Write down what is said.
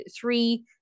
three